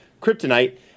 kryptonite